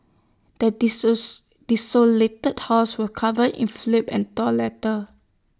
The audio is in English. the desolated house was covered in flip and torn letters